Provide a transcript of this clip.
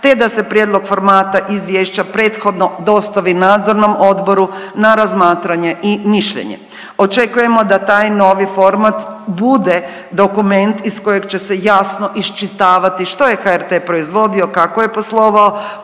te da se prijedlog formata izvješća prethodno dostavi nadzornom odboru na razmatranje i mišljenje. Očekujemo da taj novi format bude dokument iz kojeg će se jasno iščitavati što je HRT proizvodio, kako je poslovao,